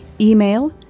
email